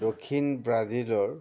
দক্ষিণ ব্ৰাজিলৰ